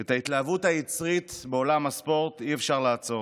את ההתלהבות היצרית בעולם הספורט אי-אפשר לעצור,